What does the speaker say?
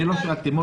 אני לא שאלתי.